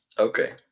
Okay